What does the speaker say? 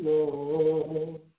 Lord